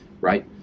right